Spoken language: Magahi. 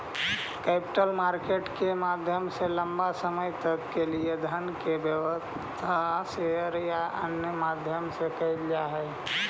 कैपिटल मार्केट के माध्यम से लंबा समय तक के लिए धन के व्यवस्था शेयर या अन्य माध्यम से कैल जा हई